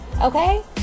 Okay